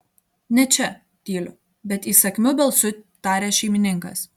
ne čia tyliu bet įsakmiu balsu taria šeimininkas